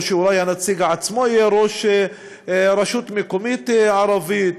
או שאולי הנציג עצמו יהיה ראש רשות מקומית ערבית,